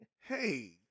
hey